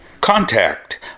Contact